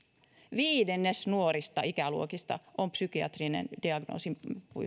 viidennes nuorista ikäluokista on psykiatrisen diagnoosin